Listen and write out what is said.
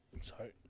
Sorry